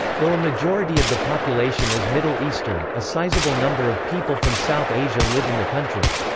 though a majority of the population is middle eastern, a sizeable number of people from south asia live in the country.